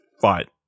Fight